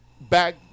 Back